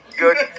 good